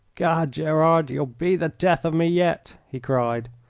gad, gerard, you'll be the death of me yet! he cried.